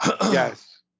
Yes